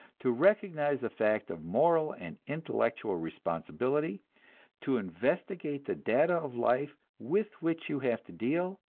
to recognize the fact of moral and intellectual responsibility to investigate the data of life with which you have to deal,